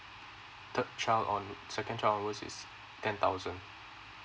third child or second child onwards is ten thousand